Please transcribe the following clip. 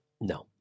no